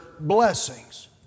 Blessings